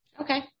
Okay